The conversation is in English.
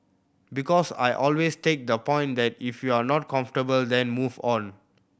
because I always take the point that if you're not comfortable then move on